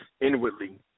inwardly